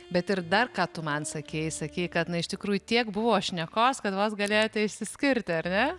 bet ir dar ką tu man sakei sakei kad na iš tikrųjų tiek buvo šnekos kad vos galėjote išsiskirti ar ne